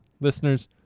listeners